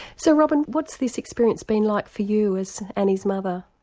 so robyn what's this experience been like for you as annie's mother?